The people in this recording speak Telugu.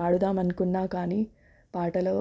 పాడుదాం అనుకున్నా కానీ పాటలో